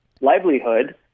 livelihood